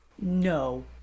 No